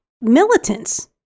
militants